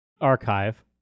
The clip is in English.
archive